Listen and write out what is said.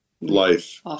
life